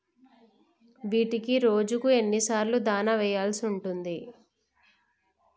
వీటికి రోజుకు ఎన్ని సార్లు దాణా వెయ్యాల్సి ఉంటది?